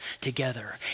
together